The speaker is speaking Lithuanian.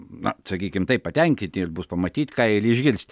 na sakykim taip patenkinti ir bus pamatyt ką ir išgirst